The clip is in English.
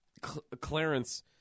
clarence